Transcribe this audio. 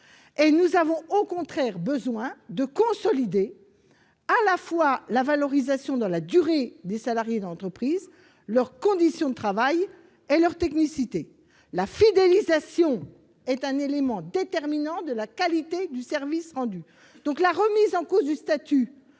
Nous avons au contraire besoin de consolider la valorisation, dans la durée, des salariés au sein de l'entreprise, leurs conditions de travail et leur technicité. La fidélisation du personnel étant un élément déterminant de la qualité du service rendu, la remise en cause du statut